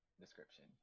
description